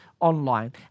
Online